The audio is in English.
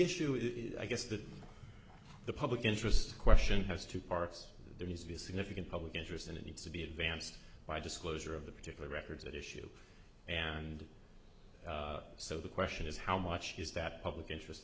issue is i guess that the public interest question has two parts there has to be a significant public interest and it needs to be advanced by disclosure of the particular records at issue and so the question is how much is that public interest